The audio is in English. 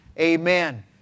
Amen